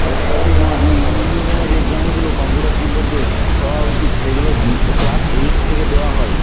অত্যাধিক মানে মানে নূন্যতম যে জ্ঞানগুলো কম্পিউটার সম্পর্কে হওয়া উচিত সেইগুলো ক্লাস এইট থেকে দেওয়া হয়